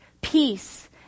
peace